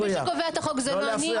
לא להפריע,